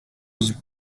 was